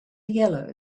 yellow